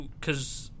Cause